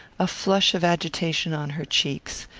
a flush of agitation on her cheeks.